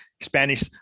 Spanish